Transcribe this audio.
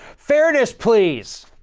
fairness, please.